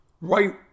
right